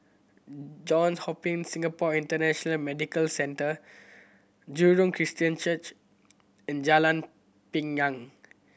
Johns Hopkins Singapore International Medical Centre Jurong Christian Church and Jalan Pinang